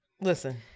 listen